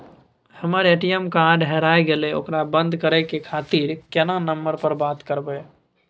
हमर ATM card हेराय गेले ओकरा बंद करे खातिर केना नंबर पर बात करबे?